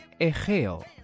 Egeo